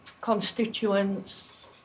constituents